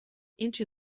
into